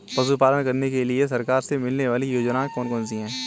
पशु पालन करने के लिए सरकार से मिलने वाली योजनाएँ कौन कौन सी हैं?